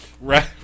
right